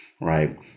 right